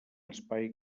espai